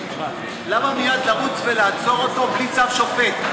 למה מייד לרוץ ולעצור אותו בלי צו שופט?